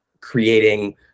creating